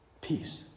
Peace